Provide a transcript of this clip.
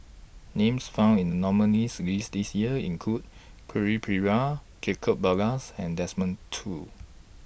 Names found in The nominees' list This Year include Quentin Pereira Jacob Ballas and Desmond Choo